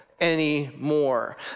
anymore